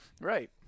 Right